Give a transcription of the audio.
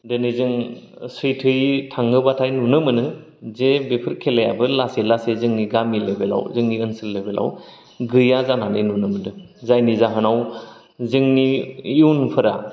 दोनै जों सैथोयै थाङोबाथाय नुनो मोनो जे बेफोर खेलायाबो लासै लासै जोंनि गामि लेभेलाव जोंनि ओनसोलाव गैया जानानै नुनो मोनदों जायनि जाहोनाव जोंनि इयुनफोरा